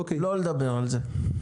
לא לדבר על זה.